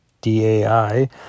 D-A-I